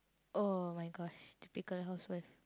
!oh-my-gosh! typical housewife